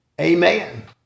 Amen